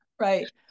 right